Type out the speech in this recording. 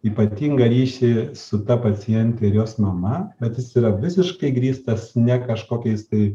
ypatingą ryšį su ta paciente ir jos mama bet jis yra visiškai grįstas ne kažkokiais tai